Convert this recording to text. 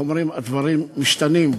איך אומרים, הדברים משתנים,